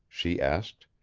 she asked.